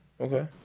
Okay